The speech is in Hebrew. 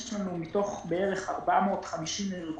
יש לנו בערך מתוך 450 ארגונים,